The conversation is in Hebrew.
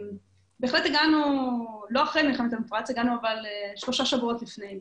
לא הגענו אחרי מלחמת המפרץ אבל הגענו שלושה שבועות לפני כן.